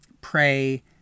pray